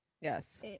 yes